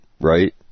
right